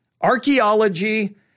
Archaeology